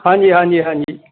ਹਾਂਜੀ ਹਾਂਜੀ ਹਾਂਜੀ